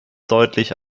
deutlich